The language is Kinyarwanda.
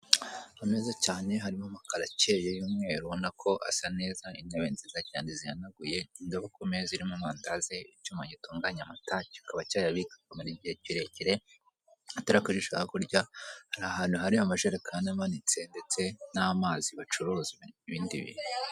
Ni heza cyane harimo amakaro acyeye y'umweru ubona ko asa neza . Intebe nziza cyane zihanaguye, indobo ku meza irimo amandazi, icyuma gitungaya amata kikaba cyayabika akamara ighe kirekire. Watera akajisho hakurya, hari ahantu hari amajerekani amanitse ndetse n'amazi bacuruza ibindi bintu.